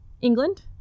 England